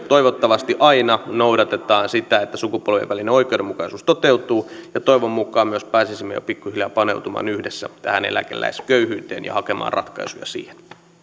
toivottavasti aina noudatetaan sitä että sukupolvien välinen oikeudenmukaisuus toteutuu toivon mukaan myös pääsisimme jo pikkuhiljaa paneutumaan yhdessä tähän eläkeläisköyhyyteen ja hakemaan ratkaisuja siihen